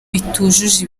bitujuje